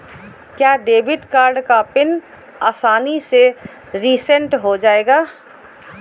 क्या debit card का PIN आसानी से रीसेट हो जाएगा?